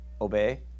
obey